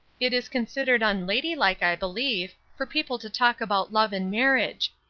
it is considered unladylike, i believe, for people to talk about love and marriage.